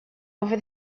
over